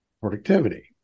productivity